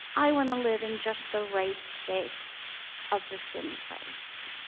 i want to live in just the right space of the thin place